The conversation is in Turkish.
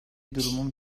durumun